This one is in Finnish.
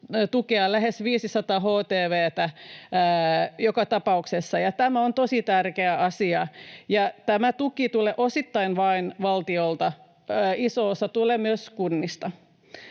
tukea lähes 500 htv:tä, ja tämä on tosi tärkeä asia. Tämä tuki tulee vain osittain valtiolta. Iso osa tulee myös kunnista.